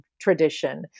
tradition